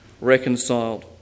reconciled